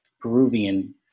Peruvian